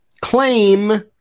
claim